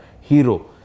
hero